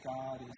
God